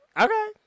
Okay